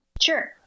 sure